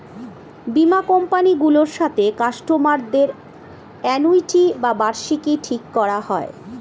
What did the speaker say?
বীমা কোম্পানি গুলোর সাথে কাস্টমার দের অ্যানুইটি বা বার্ষিকী ঠিক করা হয়